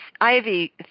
ivy